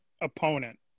opponent